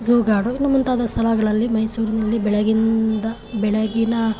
zoo garden ಇನ್ನೂ ಮುಂತಾದ ಸ್ಥಳಗಳಲ್ಲಿ ಮೈಸೂರಿನಲ್ಲಿ ಬೆಳಗ್ಗಿಂದ ಬೆಳಗ್ಗಿನ